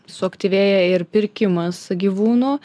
suaktyvėja ir pirkimas gyvūnų